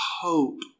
hope